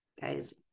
guys